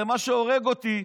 מה שהורג אותי,